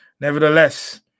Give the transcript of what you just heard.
nevertheless